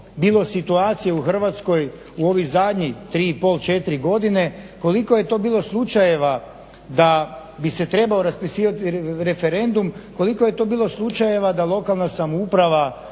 bilo situacije u Hrvatskoj u ovih zadnjih 3 i pol, 4 godine, koliko je to bilo slučajeva da bi se trebao raspisivati referendum, koliko je to bilo slučajeva da lokalna samouprava